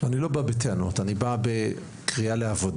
אני לא בא בטענות; אני בא בקריאה לעבודה.